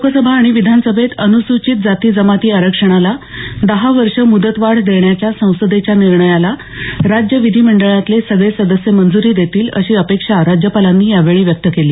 लोकसभा आणि विधानसभेत अनुसूचित जाती जमाती आरक्षणाला दहा वर्ष मुदतवाढ देण्याच्या संसदेच्या निर्णयाला राज्य विधीमंडळातले सगळे सदस्य मंजूरी देतील अशी अपेक्षा राज्यपालांनी यावेळी व्यक्त केली